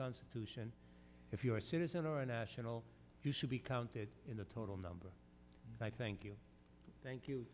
constitution if you're a citizen or a national you should be counted in the total number i thank you thank you